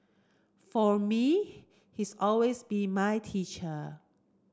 for me he's always be my teacher